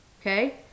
okay